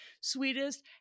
sweetest